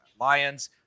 Lions